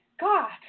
God